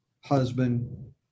husband